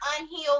unhealed